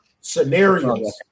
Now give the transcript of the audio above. scenarios